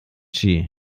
she